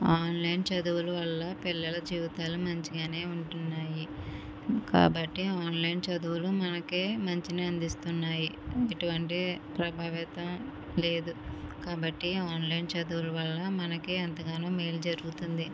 online చదువుల వల్ల పిల్లల జీవితాలు మంచిగానే ఉంటున్నాయి కాబట్టి ఆన్లైన్ చదువులు మనకి మంచిని అందిస్తున్నాయి ఎటువంటి ప్రభావితం లేదు కాబట్టి ఆన్లైన్ చదువుల వల్ల మనకి ఎంతగానో మేలు జరుగుతుంది